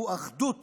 הוא אחדות